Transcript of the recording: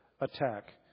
attack